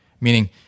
Meaning